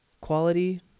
quality